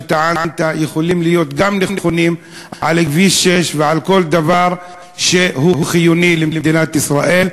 יכולים להיות נכונים גם על כביש 6 ועל כל דבר שהוא חיוני למדינת ישראל.